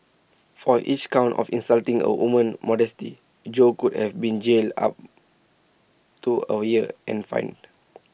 for each count of insulting A woman's modesty Jo could have been jailed up to A year and fined